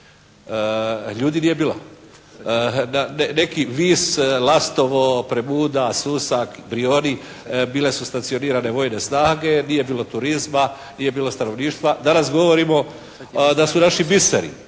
Ljudi nije bilo. Neki Vis, Lastovo, Premuda, Susak, Brijoni bile su stacionirane vojne snage, nije bilo turizma, nije bilo stanovništva. Danas govorimo da su naši biseri.